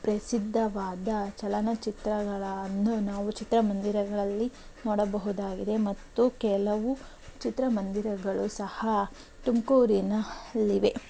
ಪ್ರಸಿದ್ಧವಾದ ಚಲನಚಿತ್ರಗಳನ್ನು ನಾವು ಚಿತ್ರಮಂದಿರಗಳಲ್ಲಿ ನೋಡಬಹುದಾಗಿದೆ ಮತ್ತು ಕೆಲವು ಚಿತ್ರಮಂದಿರಗಳು ಸಹ ತುಮಕೂರಿನ ಅಲ್ಲಿವೆ